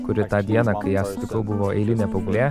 kuri tą dieną kai ją sutikau buvo eilinė paauglė